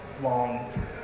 long